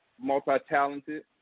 multi-talented